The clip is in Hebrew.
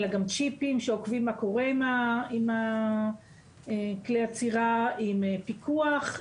אלא גם צ'יפים שעוקבים מה קורה עם כלי עצירה עם פיקוח,